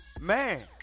Man